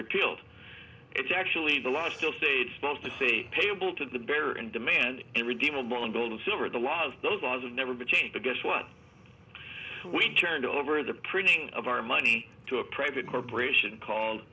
repealed it's actually the law still say it's supposed to say payable to the bearer and demand in redeemable and build in silver the laws those laws never been changed to guess what we turned over the printing of our money to a private corporation called